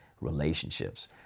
relationships